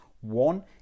One